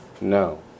No